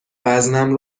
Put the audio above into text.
وزنم